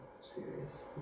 Serious